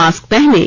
mask पहनें